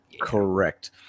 correct